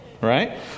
right